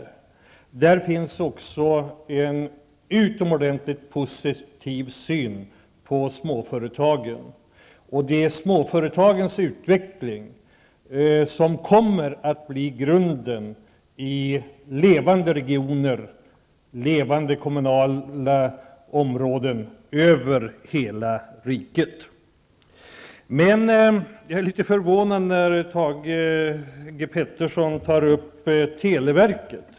I regeringsförklaringen finns det också en utomordentligt positiv syn på småföretagen, och det är småföretagens utveckling som kommer att bli grunden i levande regioner, levande kommunala områden, över hela riket. Jag är litet förvånad när Thage G Peterson tar upp televerket.